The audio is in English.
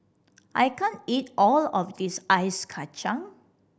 I can't eat all of this Ice Kachang